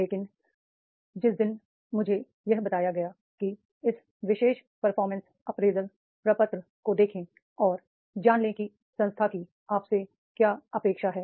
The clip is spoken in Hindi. लेकिन जिस दिन मुझे यह बताया गया कि इस विशेष परफॉर्मेंस अप्रेजल प्रपत्र को देखें और जान ले कि संस्थान की आपसे क्या अपेक्षा है